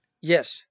Yes